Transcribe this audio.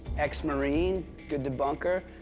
ex-marine, good debunker,